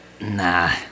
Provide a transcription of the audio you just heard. Nah